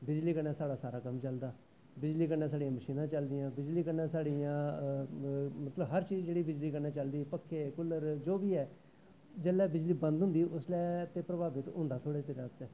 बिजली कन्नै साढ़ा सारा कम्म चलदा बिजली कन्नै साढ़ियां मशीनां चलदियां मतलव हर चीज साढ़ी बिजली कन्नै चलदी पक्खे कूलर जो बी ऐ जिसलै बिजली बंदा होंदी ते उसलै प्रभावित होंदा थोह्ड़े चिरै आस्तै